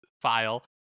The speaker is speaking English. file